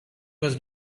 was